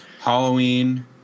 Halloween